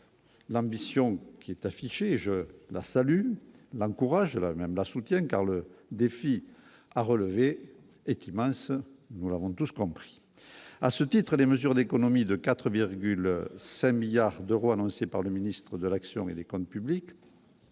L'ambition qui est affichée et je la salue l'encourage la même la soutient, car le défi à relever est immense Laurent douce compris, à ce titre, les mesures d'économies de 4,5 milliards d'euros annoncés par le ministre de l'action et des comptes publics